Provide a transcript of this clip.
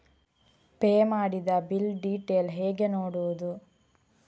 Pay ಮಾಡಿದ bill detail ಹೇಗೆ ನೋಡುವುದು?